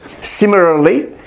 Similarly